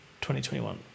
2021